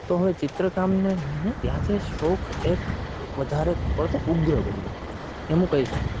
તો હવે ચિત્રકામને લઈને ત્યારથી એ શોખ એક વધારે પડતો ઉગ્ર બન્યો એમ હું કહી શકું